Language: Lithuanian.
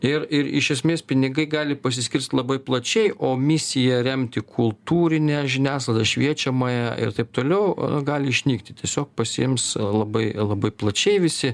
ir ir iš esmės pinigai gali pasiskirstyt labai plačiai o misija remti kultūrinę žiniasklaidą šviečiamąją ir taip toliau gali išnykti tiesiog pasiims labai labai plačiai visi